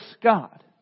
God